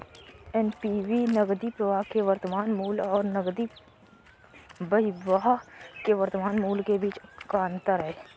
NPV नकदी प्रवाह के वर्तमान मूल्य और नकदी बहिर्वाह के वर्तमान मूल्य के बीच का अंतर है